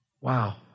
wow